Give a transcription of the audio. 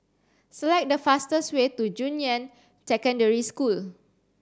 select the fastest way to Junyuan Secondary School